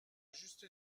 juste